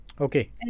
okay